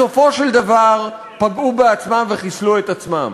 בסופו של דבר פגעו בעצמם וחיסלו את עצמם.